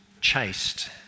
chased